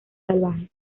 salvajes